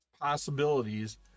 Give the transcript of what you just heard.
possibilities